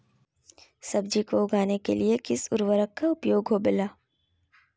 सब्जी को उगाने के लिए किस उर्वरक का उपयोग होबेला?